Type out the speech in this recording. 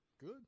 Good